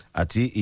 ati